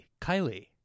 kylie